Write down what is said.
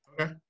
Okay